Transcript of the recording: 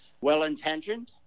well-intentioned